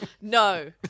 No